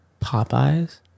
popeyes